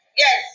Yes